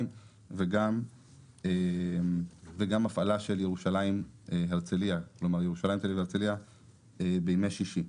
וגם הפעלה של ירושלים הרצלייה בימי שישי.